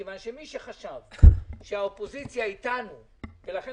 מכיוון שמי שחשב שהאופוזיציה איתנו ולכן